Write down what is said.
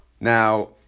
Now